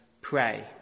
pray